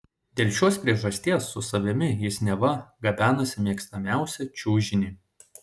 dėl šios priežasties su savimi jis neva gabenasi mėgstamiausią čiužinį